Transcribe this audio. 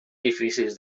difícils